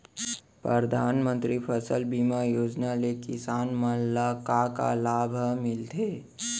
परधानमंतरी फसल बीमा योजना ले किसान मन ला का का लाभ ह मिलथे?